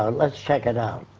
um let's check it out.